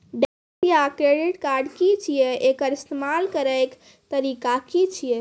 Debit या credit card की छियै? एकर इस्तेमाल करैक तरीका की छियै?